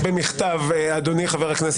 (היו"ר שמחה רוטמן)